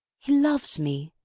he loves me!